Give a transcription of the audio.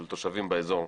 של תושבים באזור,